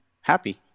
happy